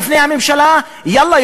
בפני הממשלה יאללה,